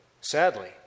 sadly